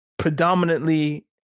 predominantly